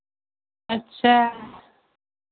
अच्छा